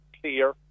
clear